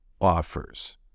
offers